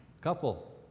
couple